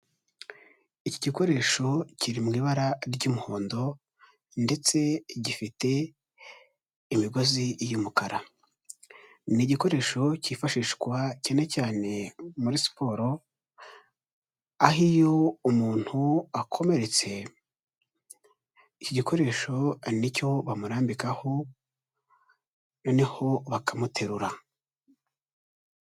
Iki gikoresho kiri mu ibara ry'umuhondo ndetse gifite imigozi y'umukara, ni igikoresho cyifashishwa cyane cyane muri siporo, aho iyo umuntu akomeretse, iki igikoresho nicyo bamurambikaho noneho bakamuterura.